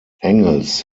engels